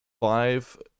five